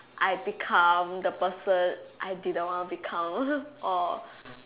I become the person I didn't want to become or